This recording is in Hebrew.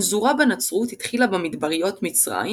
הנזורה בנצרות התחילה במדבריות מצרים